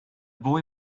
boy